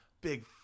big